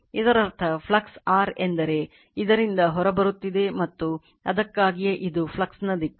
ಇದರರ್ಥ flux r ಎಂದರೆ ಇದರಿಂದ ಹೊರಬರುತ್ತಿದೆ ಮತ್ತು ಅದಕ್ಕಾಗಿಯೇ ಇದು ಫ್ಲಕ್ಸ್ನ ದಿಕ್ಕು